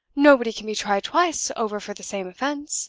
nobody can be tried twice over for the same offense